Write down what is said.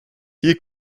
hier